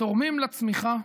תורמים לצמיחה,